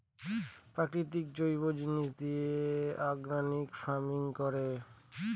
প্রাকৃতিক জৈব জিনিস দিয়ে অর্গানিক ফার্মিং করে